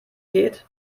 geht